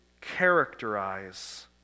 characterize